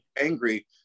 angry